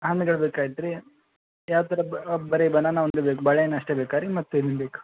ಆಮೇಲೆ ಹೇಳ್ಬೇಕಾಗಿತ್ತು ರೀ ಯಾವ ಥರ ಬರೀ ಬನಾನಾ ಒಂದೇ ಬೇಕು ಬಾಳೆಹಣ್ಣು ಅಷ್ಟೇ ಬೇಕಾ ರೀ ಮತ್ತೇನು ಬೇಕು